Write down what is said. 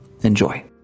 Enjoy